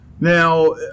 Now